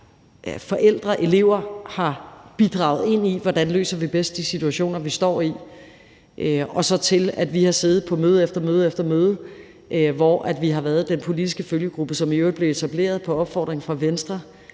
forældre og elever har bidraget til, hvordan vi bedst løser de situationer, vi står i, og vi har siddet på møde efter møde, hvor vi har været den politiske følgegruppe, som i øvrigt blev etableret på opfordring fra Venstre